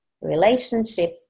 relationship